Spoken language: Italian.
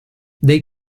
dei